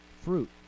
fruit